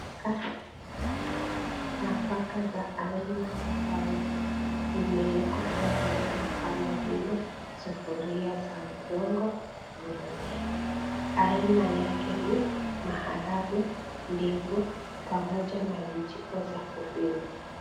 Nafaka za aina tofauti zimeekwa kwa vyombo kama vile, sufuria za udongo, gunia. Aina yake ni maharagwe, ndengu, pamoja na vijiko za kupima.